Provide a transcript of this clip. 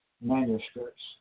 manuscripts